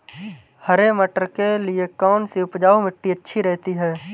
हरे मटर के लिए कौन सी उपजाऊ मिट्टी अच्छी रहती है?